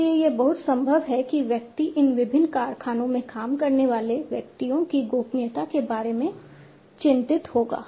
इसलिए यह बहुत संभव है कि व्यक्ति इन विभिन्न कारखानों में काम करने वाले व्यक्तियों की गोपनीयता के बारे में चिंतित होगा